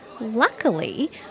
Luckily